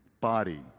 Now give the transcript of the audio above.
body